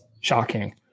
shocking